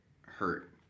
hurt